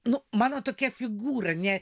nu mano tokia figūra ne